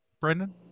brendan